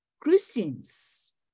Christians